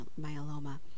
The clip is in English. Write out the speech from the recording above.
myeloma